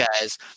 guys